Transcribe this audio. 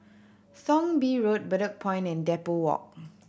Thong Bee Road Bedok Point and Depot Walk